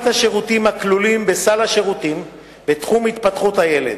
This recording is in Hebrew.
השירותים הכלולים בסל השירותים בתחום התפתחות הילד.